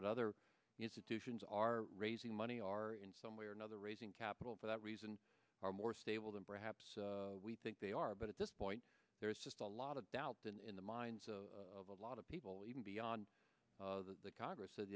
but other institutions are raising money are in some way or another raising capital for that reason are more stable than perhaps we think they are but at this point there is just a lot of doubt than in the minds of a lot of people even beyond the congress